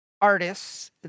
artists